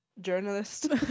Journalist